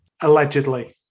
allegedly